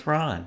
Ron